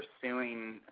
pursuing